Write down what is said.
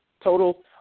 total